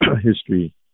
history